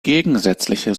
gegensätzliche